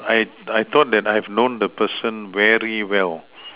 I've I thought that I have known that person very well